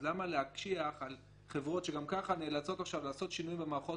אז למה להקשיח על חברות שגם ככה נאלצות עכשיו לעשות שנויים במערכות